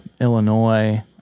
Illinois